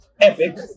Epic